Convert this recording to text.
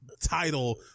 title